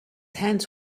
hands